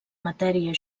matèria